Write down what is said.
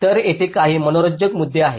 तर येथे काही मनोरंजक मुद्दे आहेत